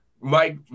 Mike